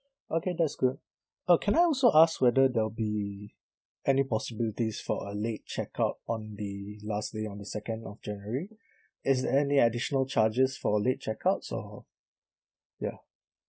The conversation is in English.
okay that's good oh can I also ask whether there'll be any possibilities for a late check out on the last day on the second of january is there any additional charges for late check outs or ya